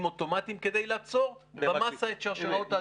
אוטומטיים כדי לעצור במסה את שרשראות ההדבקה.